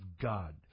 God